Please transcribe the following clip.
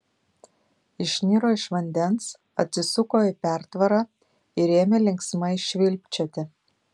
išniro iš vandens atsisuko į pertvarą ir ėmė linksmai švilpčioti